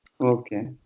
Okay